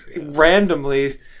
randomly